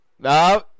No